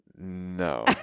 no